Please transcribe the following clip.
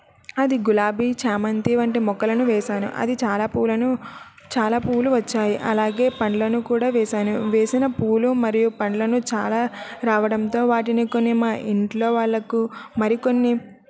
అది గులాబీ చామంతి వంటి మొక్కలను వేసాను అది చాలా పూలను చాలా పూలు వచ్చాయి అలాగే పండ్లను కూడా వేసాను వేసిన పూలు మరియు పండ్లను చాలా రావడంతో వాటిని కొన్ని మా ఇంట్లో వాళ్ళకు మరికొన్ని